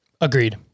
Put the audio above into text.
Agreed